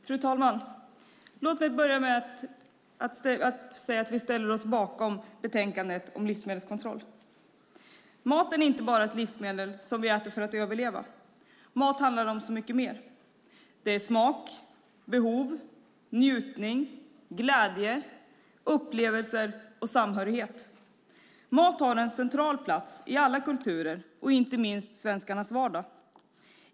Fru talman! Låt mig börja med att säga att vi ställer oss bakom förslagen om livsmedelskontroll. Mat är inte bara ett livsmedel som vi äter för att överleva. Mat handlar om så mycket mer. Det är smak, behov, njutning, glädje, upplevelser och samhörighet. Mat har en central plats i alla kulturer, inte minst i svenskarnas vardag.